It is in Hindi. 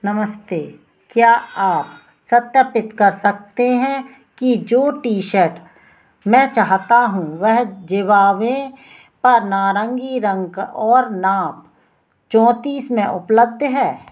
नमस्ते क्या आप सत्यापित कर सकते हैं कि जो टी शर्ट मैं चाहता हूँ वह ज़िवामे पर नारंगी रंग और नाप चौंतीस में उपलब्ध है